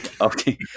Okay